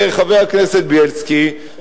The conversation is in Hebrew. חבר הכנסת בילסקי,